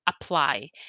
apply